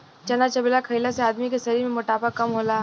चना चबेना खईला से आदमी के शरीर के मोटापा कम होला